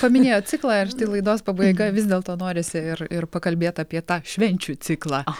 paminėjot ciklą ir štai laidos pabaiga vis dėlto norisi ir ir pakalbėt apie tą švenčių ciklą